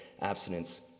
abstinence